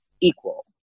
equal